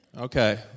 Okay